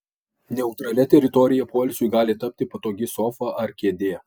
neutralia teritorija poilsiui gali tapti patogi sofa ar kėdė